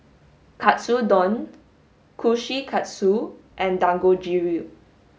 Katsudon Kushikatsu and Dangojiru